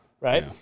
right